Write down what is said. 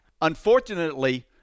unfortunately